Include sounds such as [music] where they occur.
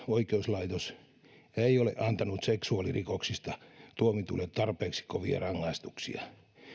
[unintelligible] oikeuslaitos ei ole antanut seksuaalirikoksista tuomituille tarpeeksi kovia rangaistuksia